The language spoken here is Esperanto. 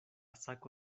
sako